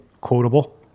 quotable